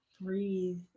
breathe